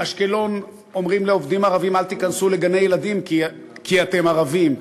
באשקלון אומרים לעובדים ערבים: אל תיכנסו לגני-ילדים כי אתם ערבים.